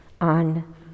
on